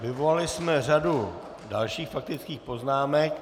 Vyvolali jsme řadu dalších faktických poznámek.